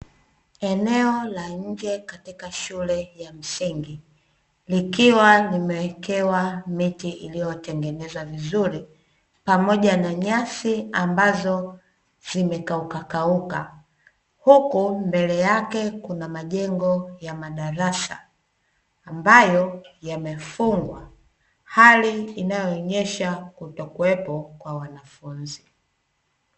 Eneo la nje katika shule ya msingi likiwa limewekewa miti iliyotengenezwa vizuri pamoja na nyasi ambazo zimekauka kauka, huku mbele yake kuna majengo ya madarasa ambayo yamefungwa, hali inayoonyesha kutokuwepo kwa wanafunzi.